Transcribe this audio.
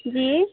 جی